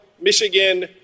Michigan